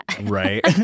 Right